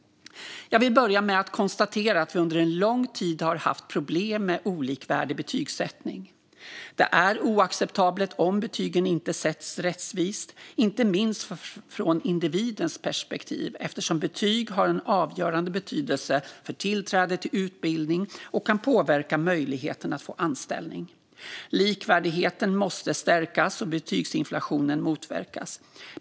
Jag vill börja med att konstatera att vi under lång tid har haft problem med olikvärdig betygsättning. Det är oacceptabelt om betygen inte sätts rättvist, inte minst från individens perspektiv eftersom betyg har en avgörande betydelse för tillträde till utbildning och kan påverka möjligheten att få anställning. Likvärdigheten måste stärkas och betygsinflation motverkas.